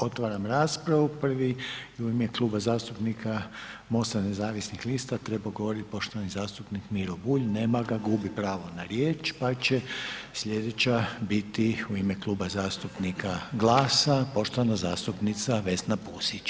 Otvaram raspravu, prvi je u ime Kluba zastupnika MOST-a nezavisnih lista trebao govoriti poštovani zastupnik Miro Bulj, nema ga, gubi pravo na riječ, pa će sljedeća biti u ime Kluba zastupnika GLAS-a, poštovana zastupnica Vesna Pusić.